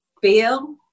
feel